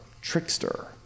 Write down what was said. trickster